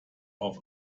auf